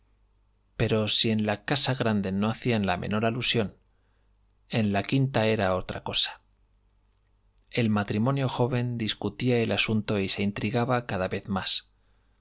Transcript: pero si en la casa grande no hacían la menor alusión en la quinta era otra cosa el matrimonio joven discutía el asunto y se intrigaba cada vez más